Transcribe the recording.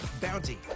Bounty